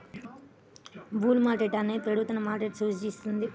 bull market అనేది పెరుగుతున్న మార్కెట్ను సూచిస్తుంది